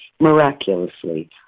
miraculously